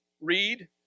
read